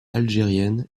algérienne